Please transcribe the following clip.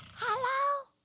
hello.